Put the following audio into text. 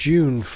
June